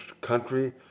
country